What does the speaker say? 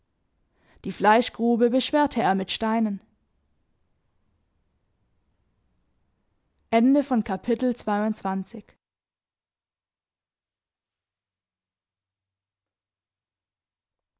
liegenden wipfelenden beschwerte er mit steinen